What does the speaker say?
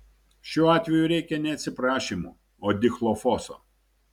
šiuo atveju reikia ne atsiprašymų o dichlofoso